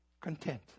content